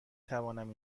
توانم